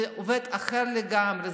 זה עובד אחרת לגמרי.